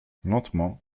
lentement